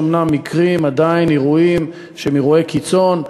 אומנם יש עדיין מקרים של אירועי קיצון,